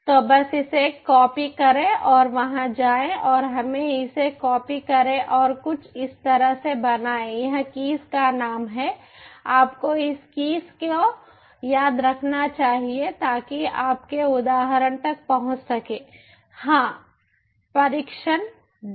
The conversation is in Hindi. तो बस इसे कॉपी करें और वहां जाएं और हमें इसे कॉपी करें और कुछ इस तरह से बनाएं यह कीस का नाम है आपको इस कीस को याद रखना चाहिए ताकि आपके उदाहरण तक पहुंच सके हां हां परीक्षण 2